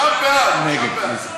נגד.